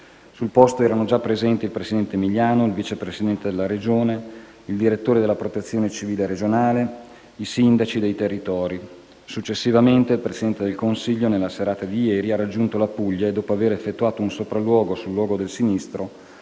Sul posto erano già presenti il presidente Emiliano, il Vice Presidente della Regione, il direttore della Protezione civile regionale, i sindaci dei territori. Successivamente, il Presidente del Consiglio, nella serata di ieri, ha raggiunto la Puglia e, dopo aver effettuato un sopralluogo sul luogo del sinistro,